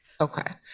Okay